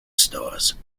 stores